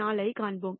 4 ஐக் காண்போம்